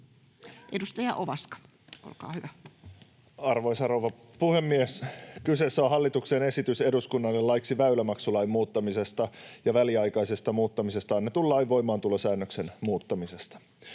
Edustaja Ovaska, olkaa hyvä. Arvoisa rouva puhemies! Kyseessä on hallituksen esitys eduskunnalle laiksi väylämaksulain muuttamisesta ja väliaikaisesta muuttamisesta annetun lain voimaantulosäännöksen muuttamisesta.